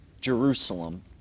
Jerusalem